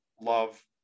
love